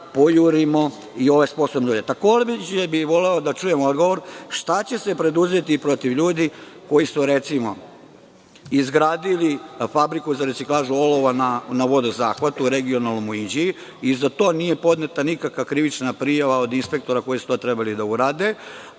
pojurimo i ove sposobne. Takođe bih voleo da čujem odgovor – šta će se preduzeti protiv ljudi koji su, recimo, izgradili fabriku za reciklažu olova na vodozahvatu, regionalnom u Inđiji i za to nije podneta nikakva krivična prijava od inspektora koji su to trebali da urade?